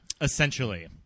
Essentially